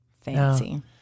Fancy